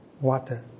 water